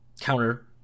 counter